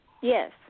Yes